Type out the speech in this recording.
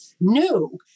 new